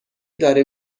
داره